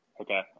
Okay